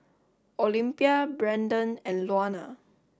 Olympia Brandan and Luana